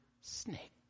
snake